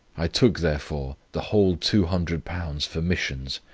i took, therefore, the whole two hundred pounds for missions,